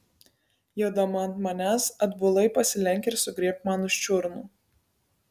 jodama ant manęs atbulai pasilenk ir sugriebk man už čiurnų